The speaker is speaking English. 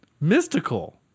Mystical